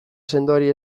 sendoari